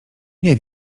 nie